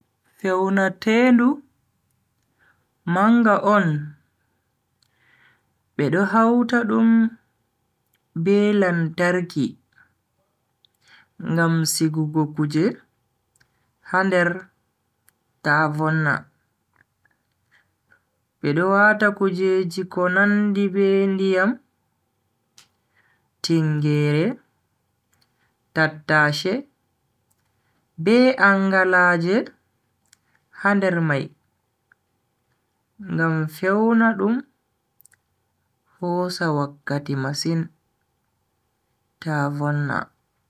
Fewnatendu manga on bedo hauta dum be lantarki Ngam sigugo kuje ha nder ta vonna. bedo wata kujeji ko nandi be ndiyam, tingeere, tattashe, be angalaaje ha nder mai ngam fewna dum hosa wakkati masin ta vonna.